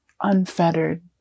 unfettered